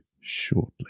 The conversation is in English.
shortly